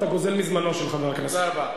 ואתה גוזל מזמנו של חבר הכנסת טיבי.